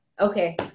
Okay